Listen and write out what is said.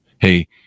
hey